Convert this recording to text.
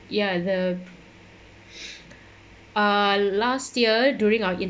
ya the ah last year during our